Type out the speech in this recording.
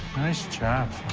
nice job,